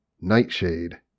Nightshade